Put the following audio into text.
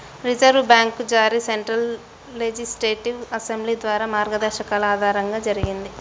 reserve bank జారీ central legislative assembly ద్వారా మార్గదర్శకాల ఆధారంగా జరిగింది